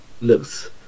Looks